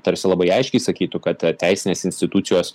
tarsi labai aiškiai sakytų kad teisinės institucijos